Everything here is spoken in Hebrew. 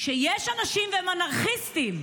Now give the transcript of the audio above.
שיש אנשים, והם אנרכיסטים.